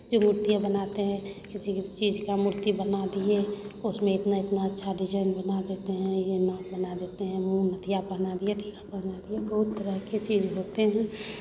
जो मूर्तियाँ बनाते हैं किसी चीज़ का मूर्ति बना दिए उसमें इतना इतना अच्छा डिज़ाइन बना देते हैं ये नाक बना देते हैं मुँह में नथिया पहना दिए टीका पहना दिए बहुत तरह के चीज़ होते हैं